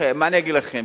מה אני אגיד לכם?